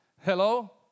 Hello